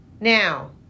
Now